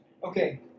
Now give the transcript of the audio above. Okay